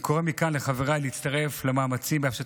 אני קורא מכאן לחבריי להצטרף למאמצים לפישוט